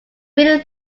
really